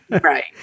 Right